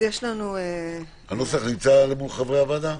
שכבר עבר.